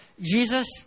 Jesus